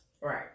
Right